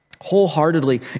Wholeheartedly